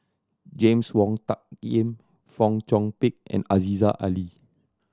James Wong Tuck Yim Fong Chong Pik and Aziza Ali